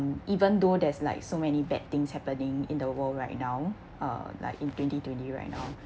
even though there's like so many bad things happening in the world right now uh like in twenty twenty right now